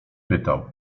pytał